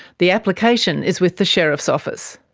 the application is with the sheriff's office.